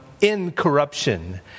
incorruption